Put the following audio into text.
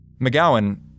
McGowan